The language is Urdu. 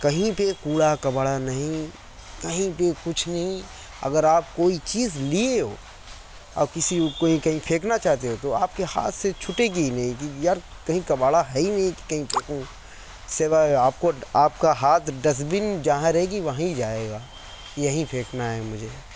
کہیں پہ کوڑا کباڑہ نہیں کہیں پہ کچھ نہیں اگر آپ کوئی چیز لیے ہو اور کسی کو کوئی کہیں پھینکنا چاہتے ہو تو آپ کے ہاتھ سے چھٹے گی ہی نہیں کہ یار کہیں کباڑہ ہے ہی نہیں سوائے آپ کو آپ کا ہاتھ ڈسٹبن جہاں رہے وہیں جائے گا یہیں پھینکنا ہے مجھے